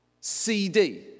CD